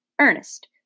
Ernest